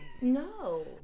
no